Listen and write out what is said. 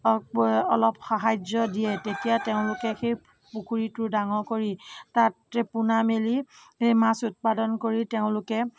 অলপ সাহাৰ্য্য দিয়ে তেতিয়া তেওঁলোকে সেই পুখুৰীটো ডাঙৰ কৰি তাত পোণা মেলি মাছ উৎপাদন কৰি তেওঁলোকে